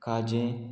खाजें